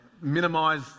minimize